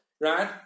right